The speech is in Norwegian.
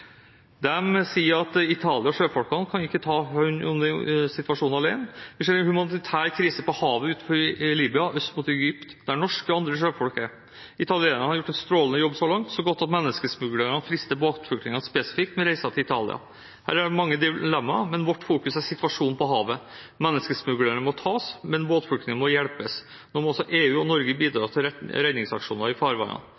sier at Italia og sjøfolkene ikke kan ta hånd om denne humanitære situasjonen alene. «Vi ser en humanitær krise på havet utenfor Libya og øst mot Egypt, der norske og andre sjøfolk er. Italienerne har gjort en strålende jobb så langt – så god at menneskesmuglerne frister båtflyktningene spesifikt med reiser til Italia. Her er det mange dilemmaer, men vårt fokus er situasjonen på havet. Menneskesmuglerne må tas, men båtflyktningene må hjelpes. Nå må også EU og Norge bidra til redningsaksjoner i disse farvannene.